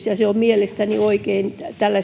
ja se on mielestäni oikein